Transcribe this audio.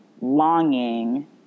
longing